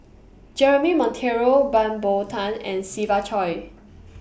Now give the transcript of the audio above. Jeremy Monteiro Bow Tan and Siva Choy